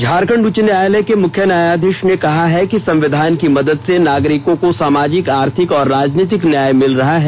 झारखंड उच्च न्यायालय के मुख्य न्यायाधीश ने कहा है कि संविधान की मदद से नागरिकों को सामाजिक आर्थिक और राजनीतिक न्याय मिल रहा है